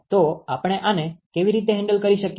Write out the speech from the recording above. તો આપણે આને કેવી રીતે હેન્ડલ કરી શકીએ